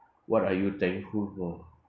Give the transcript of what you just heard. what are you thankful for